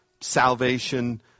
salvation